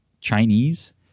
chinese